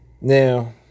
Now